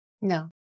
No